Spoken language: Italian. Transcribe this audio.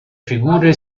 figure